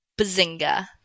Bazinga